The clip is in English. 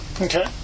Okay